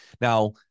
Now